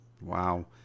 Wow